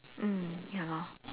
mm ya lor